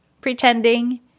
pretending